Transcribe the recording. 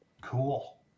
Cool